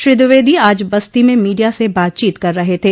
श्री द्विवेदी आज बस्ती में मीडिया से बातचीत कर रहे थे